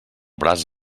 braç